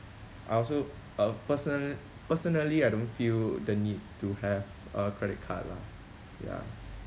I also uh personal personally I don't feel the need to have a credit card lah ya